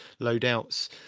loadouts